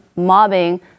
mobbing